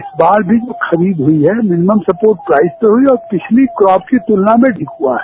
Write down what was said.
इस बार भी सभी खरीद मिनीमम सपोर्ट प्राइज पर हुई है और पिछली क्राप की तुलना में अधिक हुआ है